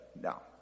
No